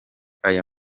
aya